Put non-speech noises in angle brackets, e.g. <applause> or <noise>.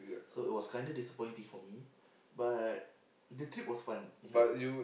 so it was kind of disappointing for me but the trip was fun it's like <noise>